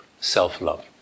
self-love